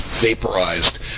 vaporized